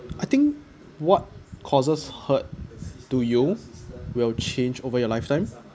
I think what causes hurt to you will change over your lifetime